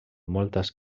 moltes